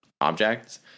objects